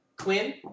Quinn